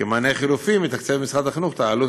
כמענה חלופי מתקצב משרד החינוך את העלות